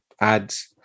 ads